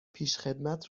پیشخدمت